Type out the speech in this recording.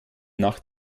nach